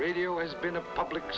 radio has been a public